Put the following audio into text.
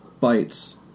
bites